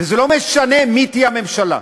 ולא משנה מי תהיה הממשלה.